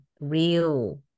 real